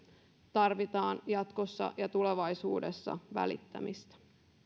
tarvitaan jatkossa ja tulevaisuudessa välittämistä